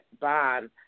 bond